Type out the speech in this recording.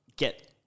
get